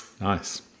nice